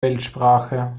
weltsprache